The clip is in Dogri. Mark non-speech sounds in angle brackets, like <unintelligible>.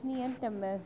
<unintelligible>